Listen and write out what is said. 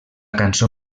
cançó